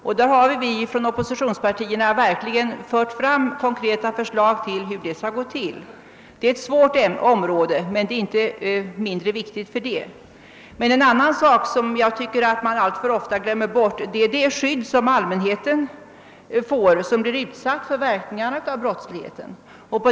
Vi har från oppositionspartierna verkligen fört fram förslag till hur detta skall genomföras. Det är ett svårt område, men det är fördenskull inte mindre viktigt. Något annat som jag tycker att man alltför ofta glömmer bort är det självklara kravet på skydd för allmänheten, som utsätts för brottsligheten.